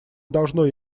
должно